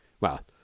Well